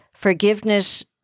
Forgiveness